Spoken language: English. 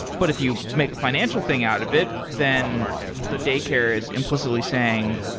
but if you make a financial thing out of it, then the daycare is implicitly saying,